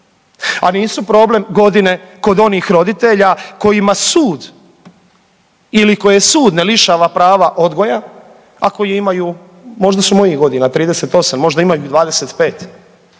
a nisu problem godine kod onih roditelja kojima sud ili koje sud ne lišava prava odgoja, a koji imaju, možda su mojih godina 38, možda imaju 25.